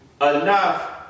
enough